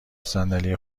صندلی